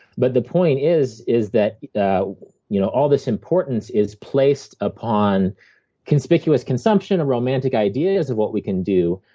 but the point is is that that you know all this importance is placed upon conspicuous consumption or romantic ideas of what we can do.